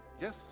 yes